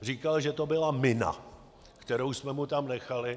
Říkal, že to byla mina, kterou jsme mu tam nechali.